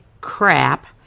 crap